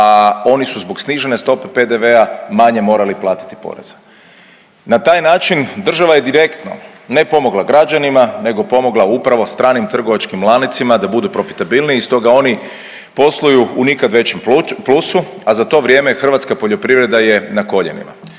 a oni su zbog snižene stope PDV-a manje morali platiti poreza. Na taj način država je direktno ne pomogla građanima, nego pomogla upravo stranim trgovačkim lancima da budu profitabilniji i stoga oni posluju u nikad većem plusu, a za to vrijeme hrvatska poljoprivreda je na koljenima.